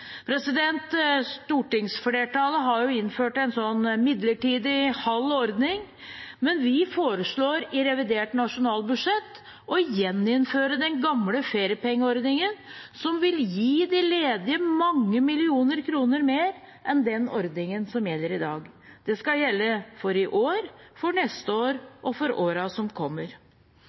Stortingsflertallet har jo innført en midlertidig, halv ordning, men vi foreslår i revidert nasjonalbudsjett å gjeninnføre den gamle feriepengeordningen, som vil gi de ledige mange millioner kroner mer enn den ordningen som gjelder i dag. Det skal gjelde for i år, for neste år og for årene som kommer.